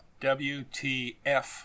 WTF